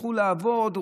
שילכו לעבוד,